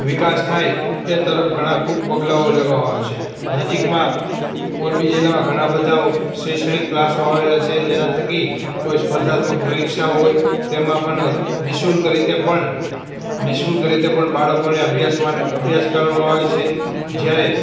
વિકાસ થાય એ તરફ ઘણાં ખૂબ પગલાંઓ લેવામાં આવે છે નજીકમાં મોરબી જિલ્લામાં ઘણા બધાઓ શૈક્ષણિક ક્લાસો આવેલા છે જેના થકી કોઈ સ્પર્ધાત્મક પરીક્ષા હોય તેમાં પણ નિઃશુલ્ક રીતે પણ નિઃશુલ્ક રીતે પણ બાળકોને અભ્યાસ માટે અભ્યાસ કરાવવામાં આવે છે જયારે